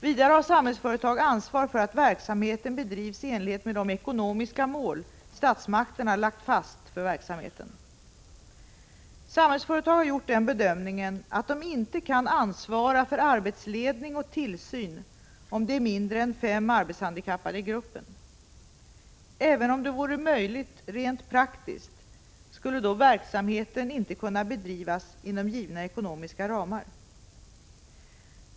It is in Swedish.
Vidare har Samhällsföretag ansvar för att verksamheten bedrivs i enlighet med de ekonomiska mål statsmakterna lagt fast för verksamheten. Samhällsföretag har gjort den bedömningen att de inte kan ansvara för arbetsledning och tillsyn om det är mindre än fem arbetshandikappade i gruppen. Även om det vore möjligt rent praktiskt, skulle verksamheten då inte kunna bedrivas inom givna ekonomiska ramar.